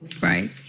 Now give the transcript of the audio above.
right